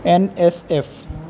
N S F